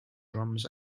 drums